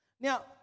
Now